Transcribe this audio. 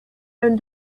own